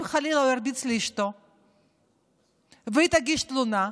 אם חלילה הוא ירביץ לאשתו והיא תגיש תלונה,